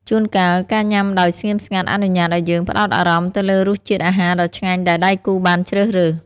ជួនកាល ការញ៉ាំដោយស្ងៀមស្ងាត់អនុញ្ញាតឱ្យយើងផ្ដោតអារម្មណ៍ទៅលើរសជាតិអាហារដ៏ឆ្ងាញ់ដែលដៃគូបានជ្រើសរើស។